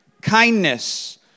kindness